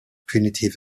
punitive